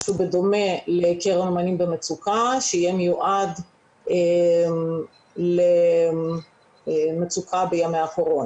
משהו בדומה לקרן אומנים במצוקה שיהיה מיועד למצוקה בימי הקורונה.